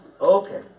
Okay